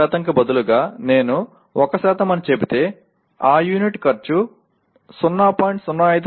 05 కు బదులుగా నేను 1 అని చెబితే ఆ యూనిట్ ఖర్చు 0